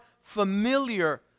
familiar